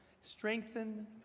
strengthen